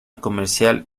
comercial